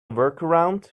workaround